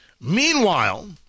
Meanwhile